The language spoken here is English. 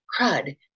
crud